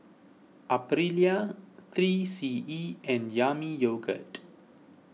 Aprilia three C E and Yami Yogurt